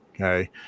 okay